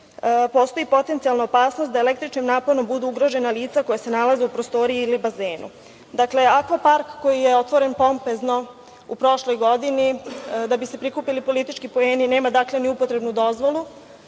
postoji potencijalna opasnost da električnim naponom budu ugrožena lica koja se nalaze u prostoriji ili bazenu.“. Dakle, akva park koji je otvoren pompezno u prošloj godini, da bi se prikupili politički poeni, nema, dakle, ni upotrebnu dozvolu